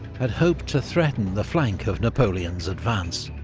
had hoped to threaten the flank of napoleon's advance,